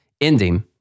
ending